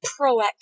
proactive